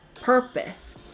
purpose